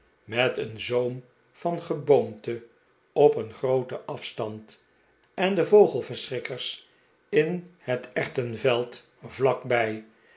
met een zoom van geboomte op een grooten afstand en de vogelverschrikkers in het erwtenveld vlak bij